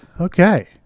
Okay